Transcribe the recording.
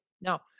Now